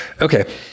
Okay